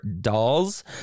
dolls